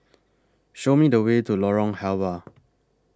Show Me The Way to Lorong Halwa